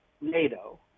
NATO